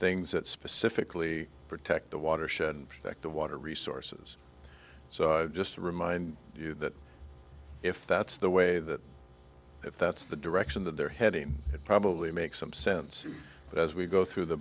things that specifically protect the watershed and protect the water resources so just to remind you that if that's the way that if that's the direction that they're heading it probably makes some sense but as we go through the